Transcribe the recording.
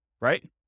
right